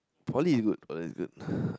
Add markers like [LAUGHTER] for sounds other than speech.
Poly is good Poly is good [BREATH]